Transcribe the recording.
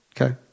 Okay